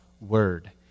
word